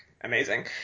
amazing